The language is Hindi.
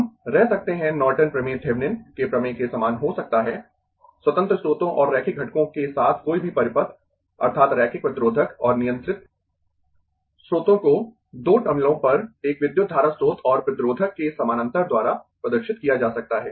हम रह सकते है नॉर्टन प्रमेय थेविनिन के प्रमेय के समान हो सकता है स्वतंत्र स्रोतों और रैखिक घटकों के साथ कोई भी परिपथ अर्थात् रैखिक प्रतिरोधक और नियंत्रित स्रोतों को दो टर्मिनलों पर एक विद्युत धारा स्रोत और प्रतिरोधक के समानांतर द्वारा प्रदर्शित किया जा सकता है